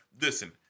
Listen